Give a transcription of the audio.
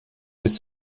bis